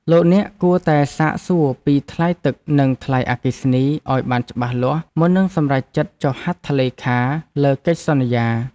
លោកអ្នកគួរតែសាកសួរពីថ្លៃទឹកនិងថ្លៃអគ្គិសនីឱ្យបានច្បាស់លាស់មុននឹងសម្រេចចិត្តចុះហត្ថលេខាលើកិច្ចសន្យា។